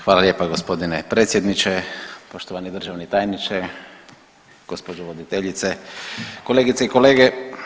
Hvala lijepa gospodine predsjedniče, poštovani državni tajniče, gospođo voditeljice, kolegice i kolege.